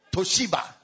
Toshiba